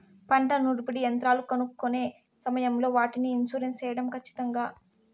పంట నూర్పిడి యంత్రాలు కొనుక్కొనే సమయం లో వాటికి ఇన్సూరెన్సు సేయడం ఖచ్చితంగా?